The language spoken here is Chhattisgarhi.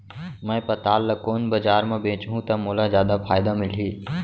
मैं पताल ल कोन बजार म बेचहुँ त मोला जादा फायदा मिलही?